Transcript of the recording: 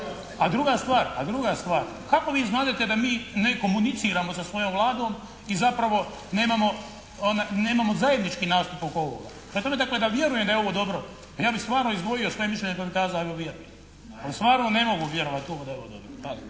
a druga stvar kako bi znadete da mi ne komuniciramo sa svojom Vladom i zapravo nemamo zajednički nastup oko ovoga? Prema tome, dakle da vjerujem da je ovo dobro ja bih stvarno izdvojio svoje mišljenje …/Govornik se ne razumije./…, ali stvarno ne mogu vjerovati u ovo da je ovo dobro.